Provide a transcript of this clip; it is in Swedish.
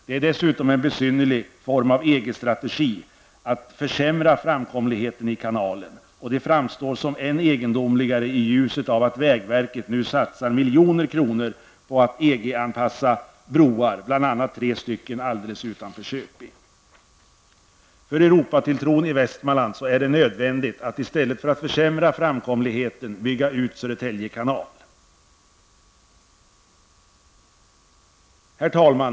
Det är dessutom en besynnerlig form av EG strategi att försämra framkomligheten i kanalen. Det framstår som än egendomligare i ljuset av att vägverket nu satsar miljoner kronor på att EG anpassa broar, bl.a. tre stycken alldeles utanför Köping. För Europatilltron i Västmanland är det nödvändigt att i stället för att försämra framkomligheten bygga ut Södertälje kanal. Herr talman!